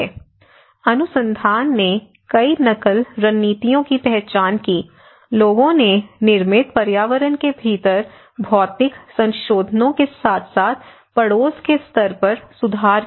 FL 2853 से 2954 तक अनुसंधान ने कई नकल रणनीतियों की पहचान की लोगों ने निर्मित पर्यावरण के भीतर भौतिक संशोधनों के साथ साथ पड़ोस के स्तर पर सुधार किया